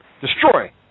Destroy